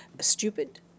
stupid